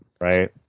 Right